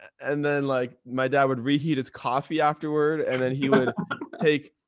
and then like my dad would reheat his coffee afterward and then he would take.